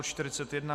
41.